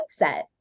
mindset